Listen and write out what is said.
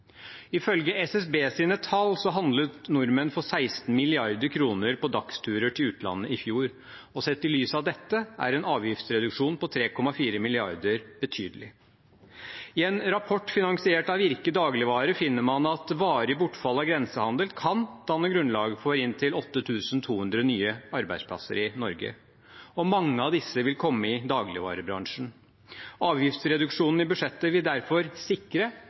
Ifølge SSBs tall handlet nordmenn for 16 mrd. kr på dagsturer til utlandet i fjor, og sett i lys av dette er en avgiftsreduksjon på 3,4 mrd. kr betydelig. I en rapport finansiert av Virke dagligvare finner man at varig bortfall av grensehandel kan danne grunnlaget for inntil 8 200 nye arbeidsplasser i Norge. Mange av disse vil komme i dagligvarebransjen. Avgiftsreduksjonen i budsjettet vil derfor sikre